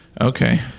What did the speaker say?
Okay